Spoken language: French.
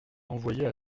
envoyaient